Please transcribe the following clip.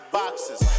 boxes